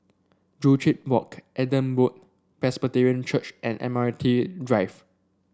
Joo Chiat Walk Adam Road Presbyterian Church and Admiralty Drive